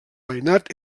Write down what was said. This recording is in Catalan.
veïnat